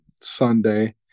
Sunday